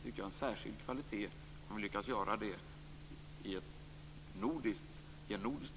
Det är en särskild kvalitet om vi lyckas göra det i en nordisk dimension.